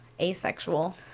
Asexual